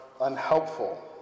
unhelpful